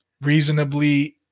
reasonably